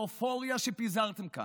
באופוריה שפיזרתם כאן,